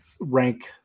rank